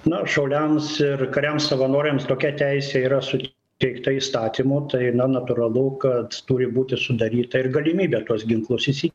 na šauliams ir kariams savanoriams tokia teisė yra suteikta įstatymu tai na natūralu kad turi būti sudaryta ir galimybė tuos ginklus įsi